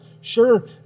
Sure